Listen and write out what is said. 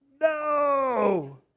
no